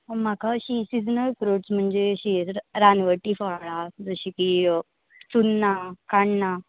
म्हाका अशी seasonal fruits म्हणजे अशीं रानवटी फळां जशी की चुन्ना काणां